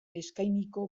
eskainiko